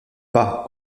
pas